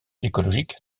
écologique